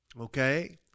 okay